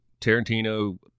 Tarantino